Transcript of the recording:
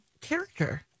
character